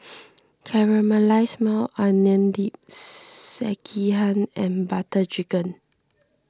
Caramelized Maui Onion Dip Sekihan and Butter Chicken